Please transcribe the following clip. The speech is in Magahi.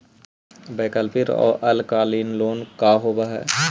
वैकल्पिक और अल्पकालिक लोन का होव हइ?